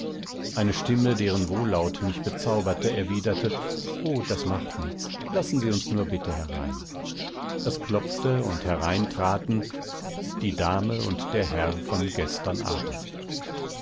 eine stimme deren wohllaut mich bezauberte erwiderte o das macht nichts lassen sie uns nur bitte herein es klopfte und herein traten die dame und der herr von gestern abend